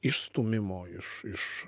išstūmimo iš iš